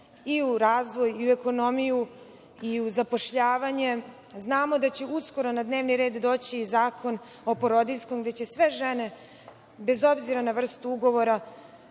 i u razvoj i u ekonomiju i u zapošljavanje. Znamo da će uskoro na dnevni red doći i Zakon o porodiljskom gde će sve žene bez obzira na vrstu ugovora